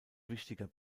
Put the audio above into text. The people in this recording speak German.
wichtiger